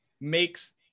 makes